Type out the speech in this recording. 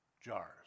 jars